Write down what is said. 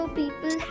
people